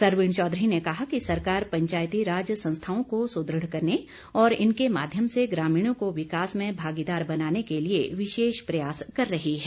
सरवीण चौधरी ने कहा कि सरकार पंचायतीराज संस्थाओं को सुदृढ़ करने और इनके माध्यम से ग्रामीणों को विकास में भागीदार बनाने के लिए विशेष प्रयास कर रही है